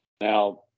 now